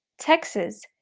texas,